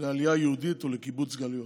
"לעלייה יהודית ולקיבוץ גלויות".